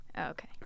Okay